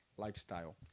lifestyle